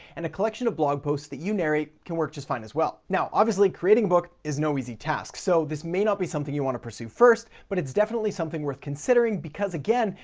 and a collection of blog posts that you narrate can work just fine as well. now obviously creating a book is no easy task. so this may not be something you wanna pursue first, but it's definitely something worth considering because again,